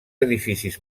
edificis